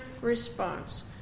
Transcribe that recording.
response